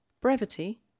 brevity